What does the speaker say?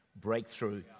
breakthrough